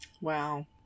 wow